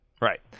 Right